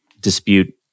dispute